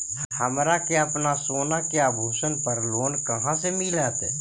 हमरा के अपना सोना के आभूषण पर लोन कहाँ से मिलत?